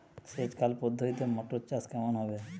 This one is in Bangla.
সেচ খাল পদ্ধতিতে মটর চাষ কেমন হবে?